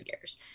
years